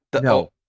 No